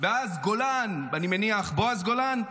ואז גולן, אני מניח, בועז גולן,